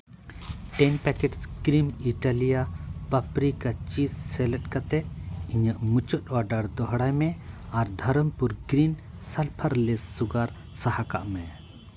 ᱴᱮᱱ packets cream Italia paprika cheese select ᱠᱟᱛᱮ ᱤᱧᱟᱹᱜ ᱢᱩᱪᱟᱹᱫ ᱚᱨᱰᱟᱨ ᱫᱚᱦᱲᱟᱭ ᱢᱮ ᱟᱨ ᱫᱷᱚᱨᱚᱢᱯᱩᱨ ᱜᱨᱤᱱ ᱥᱟᱞᱯᱷᱟᱨᱞᱮᱥ ᱥᱩᱜᱟᱨ ᱥᱟᱦᱟᱠᱟᱜ ᱢᱮ